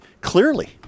clearly